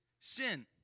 sin